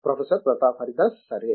professor Pratap Haridas సరే